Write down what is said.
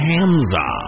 Hamza